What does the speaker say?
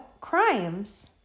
crimes